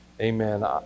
amen